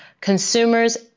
consumers